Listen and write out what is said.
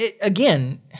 again